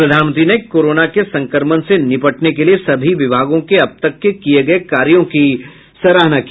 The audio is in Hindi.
प्रधानमंत्री ने कोरोना के संक्रमण से निपटने के लिये सभी विभागों के अब तक किए गए कार्यों की सराहना की